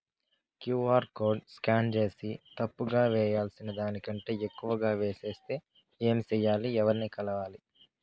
QR code scan సేసి తప్పు గా వేయాల్సిన దానికంటే ఎక్కువగా వేసెస్తే ఏమి సెయ్యాలి? ఎవర్ని కలవాలి?